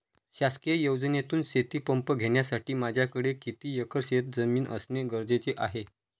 शासकीय योजनेतून शेतीपंप घेण्यासाठी माझ्याकडे किती एकर शेतजमीन असणे गरजेचे आहे?